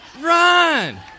Run